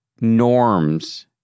norms